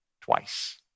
twice